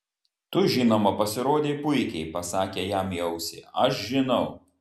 tu žinoma pasirodei puikiai pasakė jam į ausį aš žinau